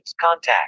contact